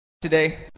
Today